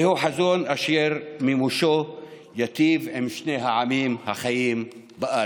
זהו חזון אשר מימושו ייטיב עם שני העמים החיים בארץ.